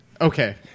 Okay